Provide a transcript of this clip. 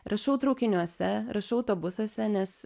rašau traukiniuose rašau autobusuose nes